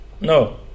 No